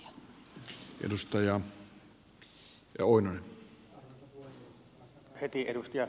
vastaan heti edustaja peltoselle